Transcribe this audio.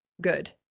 good